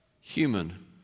human